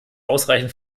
ausreichend